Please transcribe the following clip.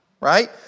right